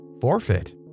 forfeit